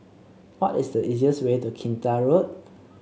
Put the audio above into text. what is the easiest way to Kinta Road